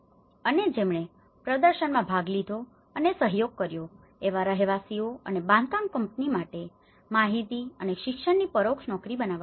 અને જેમણે પ્રદર્શનમાં ભાગ લીધો છે અને સહયોગ કર્યો છે એવા રહેવાસીઓ અને બાંધકામ કંપનીઓ માટે માહિતી અને શિક્ષણની પરોક્ષ નોકરીઓ બનાવવામાં આવી